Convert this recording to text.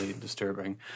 disturbing